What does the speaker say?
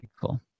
cool